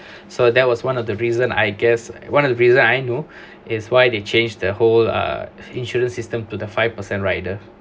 so that was one of the reason I guess one of the reason I know is why they change the whole uh insurance system to the five percent rider